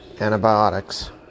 antibiotics